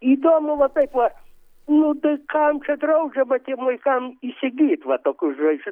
įdomu va taip va nu tai kam čia draudžiama tiem vaikam įsigyt va tokius žais